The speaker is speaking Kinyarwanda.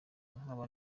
nkaba